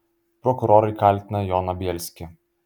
prokurorai kaltina joną bielskį